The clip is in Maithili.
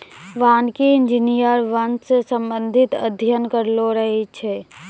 वानिकी इंजीनियर वन से संबंधित अध्ययन करलो रहै छै